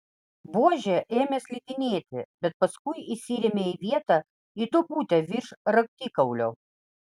buožė ėmė slidinėti bet paskui įsirėmė į vietą į duobutę virš raktikaulio